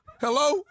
Hello